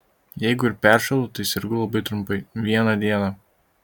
jeigu ir peršąlu tai sergu labai trumpai vieną dieną